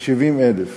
כ-70,000